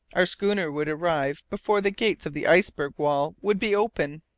our schooner would arrive before the gates of the iceberg wall would be open.